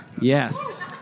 Yes